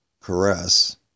caress